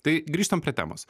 tai grįžtam prie temos